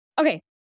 Okay